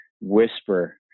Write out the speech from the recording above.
whisper